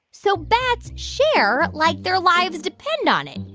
so bats share like their lives depend on it.